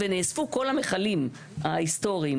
ונאספו כל המכלים ההיסטוריים.